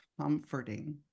comforting